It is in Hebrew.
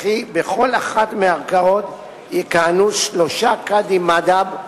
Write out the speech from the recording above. וכי בכל אחת מהערכאות יכהנו שלושה קאדים מד'הב,